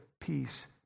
peace